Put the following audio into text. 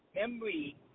memory